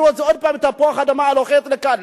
העבירו עוד הפעם את תפוח האדמה הלוהט לכאן.